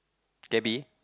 cabbie